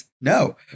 no